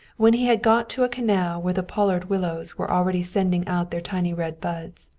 when he had got to a canal where the pollard willows were already sending out their tiny red buds,